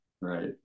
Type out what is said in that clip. right